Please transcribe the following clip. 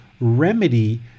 remedy